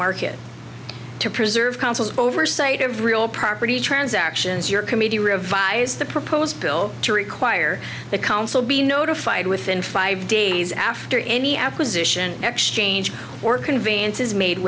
market to preserve consuls oversight of real property transactions your committee revise the proposed bill to require the council be notified within five days after any acquisition exchange or convenience is made